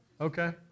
Okay